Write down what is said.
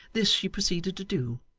this she proceeded to do,